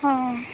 ᱦᱚᱸ